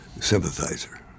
sympathizer